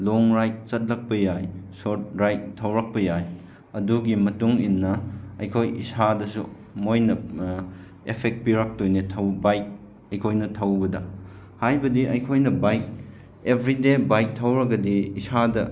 ꯂꯣꯡ ꯔꯥꯏꯗ ꯆꯠꯂꯛꯄ ꯌꯥꯏ ꯁꯣꯔꯠ ꯔꯥꯏꯗ ꯊꯧꯔꯛꯄ ꯌꯥꯏ ꯑꯗꯨꯒꯤ ꯃꯇꯨꯡ ꯏꯟꯅ ꯑꯩꯈꯣꯏ ꯏꯁꯥꯗꯁꯨ ꯃꯣꯏꯅ ꯑꯦꯐꯦꯛ ꯄꯤꯔꯛꯇꯣꯏꯅꯤ ꯕꯥꯏꯛ ꯑꯩꯈꯣꯏꯅ ꯊꯧꯕꯗ ꯍꯥꯏꯕꯗꯤ ꯑꯩꯈꯣꯏꯅ ꯕꯥꯏꯛ ꯑꯦꯕ꯭ꯔꯤꯗꯦ ꯕꯥꯏꯛ ꯊꯧꯔꯒꯗꯤ ꯏꯁꯥꯗ